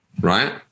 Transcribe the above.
right